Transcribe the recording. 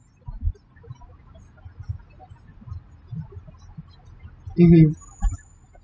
mmhmm